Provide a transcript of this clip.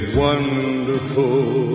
wonderful